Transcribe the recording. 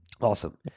awesome